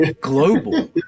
global